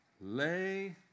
lay